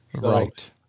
Right